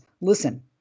Listen